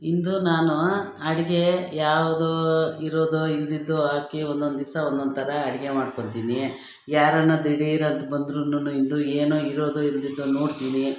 ಇಂದು ನಾನು ಅಡುಗೆ ಯಾವುದು ಇರೋದು ಇಲ್ಲದಿದ್ದು ಹಾಕಿ ಒಂದೊಂದು ದಿವ್ಸ ಒಂದೊಂದು ಥರ ಅಡುಗೆ ಮಾಡ್ಕೊಂತೀನಿ ಯಾರಾನ್ನ ದಿಡೀರಂತ ಬಂದ್ರೂನು ಇಂದು ಏನು ಇರೋದು ಇಲ್ಲದಿದ್ದು ನೋಡ್ತೀನಿ